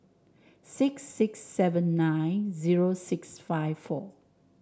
six six seven nine zero six five four